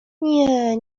nie